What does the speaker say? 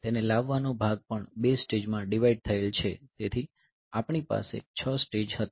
તેને લાવવાનો ભાગ પણ 2 સ્ટેજમાં ડિવાઈડ થયેલ છે તેથી આપણી પાસે 6 સ્ટેજ હતા